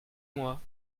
moi